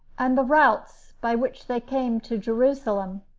and the routes by which they came to jerusalem.